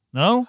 no